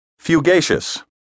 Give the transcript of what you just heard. Fugacious